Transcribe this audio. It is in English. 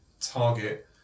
target